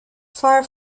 far